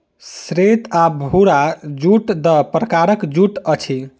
श्वेत आ भूरा जूट दू प्रकारक जूट अछि